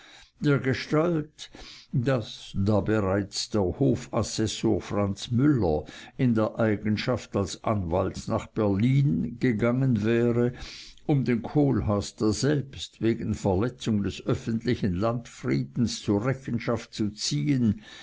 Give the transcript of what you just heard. dergestalt daß da bereits der hof assessor franz müller in der eigenschaft als anwalt nach berlin gegangen wäre um den kohlhaas daselbst wegen verletzung des öffentlichen landfriedens zur rechenschaft zu ziehen